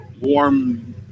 warm